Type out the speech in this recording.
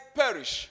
perish